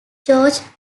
george